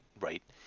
right